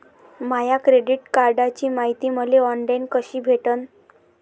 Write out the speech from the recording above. माया credit कार्डची मायती मले ऑनलाईन कसी भेटन?